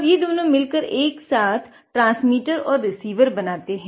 ये दोनों एक साथ मिलकर ट्रांसमीटर बनाते हैं